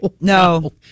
No